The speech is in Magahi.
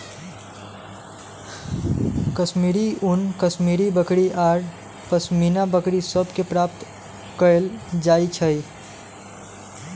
कश्मीरी ऊन कश्मीरी बकरि आऽ पशमीना बकरि सभ से प्राप्त कएल जाइ छइ